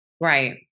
Right